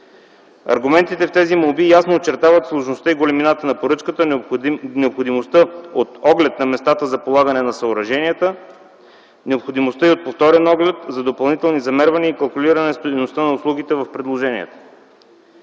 Аргументите в тези молби ясно очертават сложността и големината на поръчката, необходимостта от оглед на местата за полагане на съоръженията, необходимостта и от повторен оглед за допълнителни замервания и калкулиране стойността на услугите в предложението.